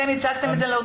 אתם הצגתם את זה לאוצר?